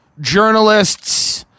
journalists